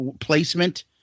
placement